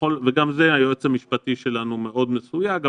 וגם לגבי זה היועץ המשפטי שלנו מאוד מסויג.